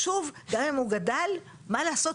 ביישוב, גם אם הוא גדל, מה לעשות?